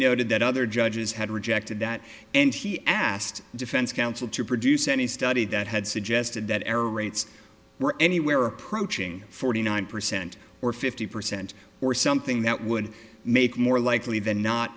noted that other judges had rejected that and he asked defense counsel to produce any study that had suggested that error rates were anywhere approaching forty nine percent or fifty percent or something that would make more likely than not